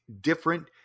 different